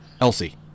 Elsie